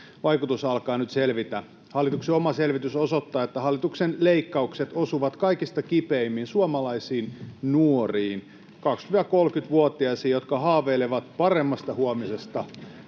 vaikutukset alkavat nyt selvitä. Hallituksen oma selvitys osoittaa, että hallituksen leikkaukset osuvat kaikista kipeimmin suomalaisiin nuoriin, 20—30-vuotiaisiin, jotka haaveilevat paremmasta huomisesta,